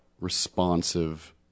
responsive